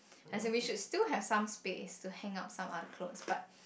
as in we should still have some space to hang up some other clothes but